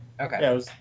Okay